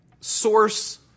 source